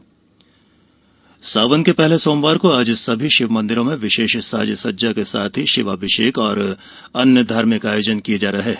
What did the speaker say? सावन सोमवार सावन के पहले सोमवार को आज सभी षिव मंदिरों में विषेष साज सज्जा के साथ ही षिव अभिषेक और अन्य धार्मिक आयोजन किए जा रहे हैं